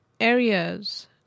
areas